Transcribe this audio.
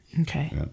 Okay